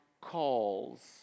calls